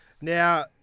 Now